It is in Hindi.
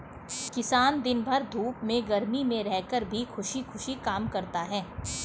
किसान दिन भर धूप में गर्मी में रहकर भी खुशी खुशी काम करता है